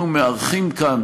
אנחנו מארחים כאן